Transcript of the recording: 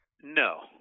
No